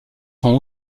sont